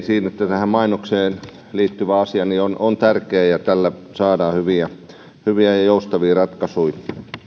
siinä tämä mainokseen liittyvä asia on on tärkeä ja tällä saadaan hyviä hyviä ja ja joustavia ratkaisuja